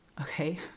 Okay